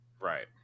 Right